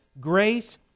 grace